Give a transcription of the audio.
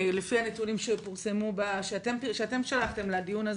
לפי הנתונים שאתם שלחתם לדיון הזה,